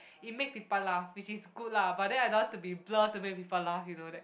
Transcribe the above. it makes people laugh which is good lah but then I don't want to be blur to make people laugh you know that